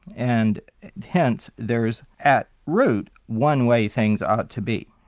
and hence there's at root, one way things ought to be.